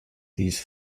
these